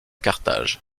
carthage